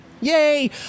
Yay